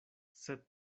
sed